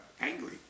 angry